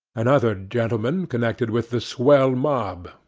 and other gentlemen connected with the swell mob,